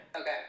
Okay